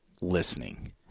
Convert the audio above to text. listening